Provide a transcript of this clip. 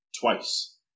twice